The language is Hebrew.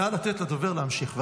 נא לתת לדובר להמשיך.